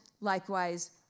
likewise